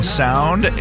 sound